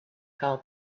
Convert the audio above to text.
call